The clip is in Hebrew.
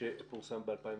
שפורסם ב-2016.